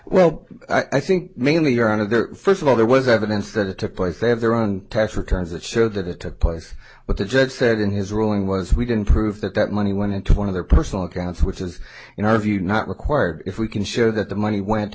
well i think mainly you're out of there first of all there was evidence that it took place they have their own tax returns that show that it took place but the judge said in his ruling was we can prove that that money went into one of their personal accounts which is in our view not required if we can show that the money went